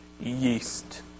yeast